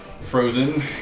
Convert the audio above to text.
frozen